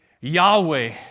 Yahweh